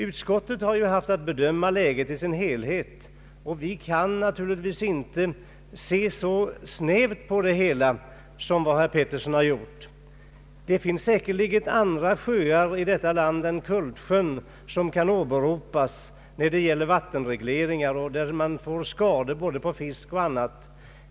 Utskottet har haft att bedöma läget i dess helhet, och vi kan naturligtvis inte se så snävt på det hela som herr Karl Pettersson har gjort. Det finns säkerligen andra sjöar i detta land än Kultsjön som kan åberopas när det gäller vattenregleringar och där man får skador på både fisk och annat.